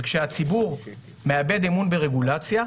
וכשהציבור מאבד אמון ברגולציה,